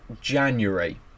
January